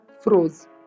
froze